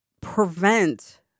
prevent